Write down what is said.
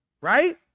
right